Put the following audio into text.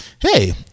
hey